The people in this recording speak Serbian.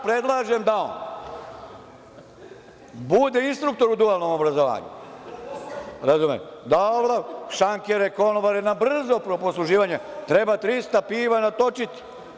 Predlažem da on bude instruktor u dualnom obrazovanju, da obrazuje šankere, konobare, na brzo posluživanje, treba 300 piva natočiti.